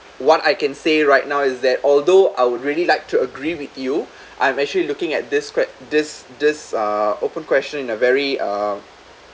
what I can say right now is that although I would really like to agree with you I'm actually looking at this script this this uh open question in a very uh